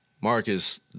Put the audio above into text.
Marcus